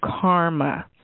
karma